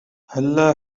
هلا